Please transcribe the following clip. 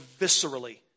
viscerally